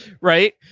right